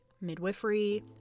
midwifery